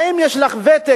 האם יש לך ותק?